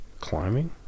climbing